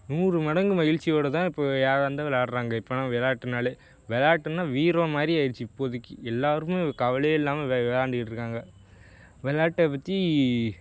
நூறு மடங்கு மகிழ்ச்சியோட தான் இப்போது யாராக இருந்தாலும் விளாட்றாங்க இப்பெல்லாம் விளாட்டுனாலே விளாட்டுன்னா வீரம் மாதிரி ஆயிடுச்சு இப்போதைக்கி எல்லாருக்கும் கவலையே இல்லாமல் வெ விளாண்டுக்கிட்டு இருக்காங்க விளாட்டப்பத்தி